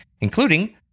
including